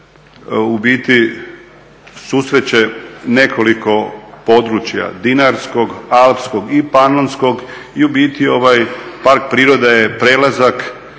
u biti susreće nekoliko područja dinarskog, alpskog i panonskog i ovaj park prirode je prelazak